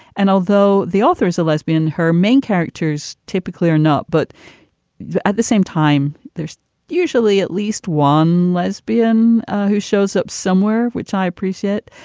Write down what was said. and although the author is a lesbian, her main characters typically are not. but at the same time, there's usually at least one lesbian who shows up somewhere, which i appreciate.